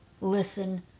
listen